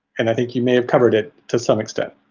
and i think you may have covered it to some extent.